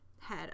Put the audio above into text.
head